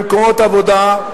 במקומות עבודה.